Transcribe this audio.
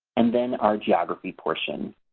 and then our geography portion,